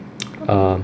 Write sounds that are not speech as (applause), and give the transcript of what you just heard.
(noise) um